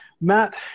Matt